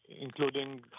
including